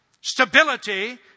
stability